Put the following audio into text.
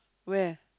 where